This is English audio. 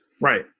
Right